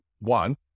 one